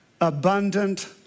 abundant